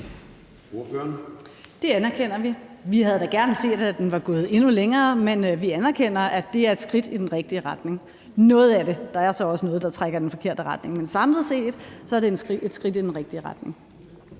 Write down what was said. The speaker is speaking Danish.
Det anerkender vi. Vi havde da gerne set, at den var gået endnu længere, men vi anerkender, at det er et skridt i den rigtige retning – noget af det. Der er så også noget, der trækker i den forkerte retning, men samlet set er det et skridt i den rigtige retning.